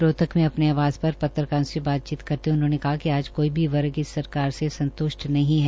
रोहतक में अपने आवास पर पत्रकारों से बातचीत करते हये उन्होंने कहा कि आज कोई भी वर्ग इस सरकार से संत्ष्ट नहीं है